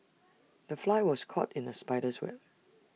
the fly was caught in the spider's web